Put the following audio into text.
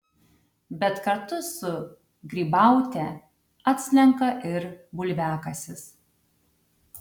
bet kartu su grybaute atslenka ir bulviakasis